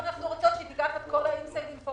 דעתי שצריך להעלות את גיל הפרישה לנשים,